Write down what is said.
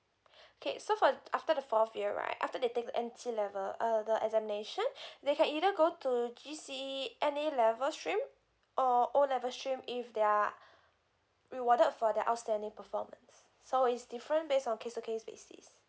okay so for th~ after the fourth year right after they take the N_T level uh the examination they can either go to G_C_E N_A level stream or O level stream if they're rewarded for their outstanding performance so it's different based on case to case basis